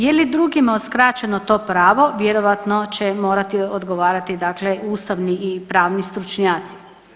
Je li drugima uskraćeno to pravo vjerojatno će morati odgovarati dakle ustavni i pravni stručnjaci.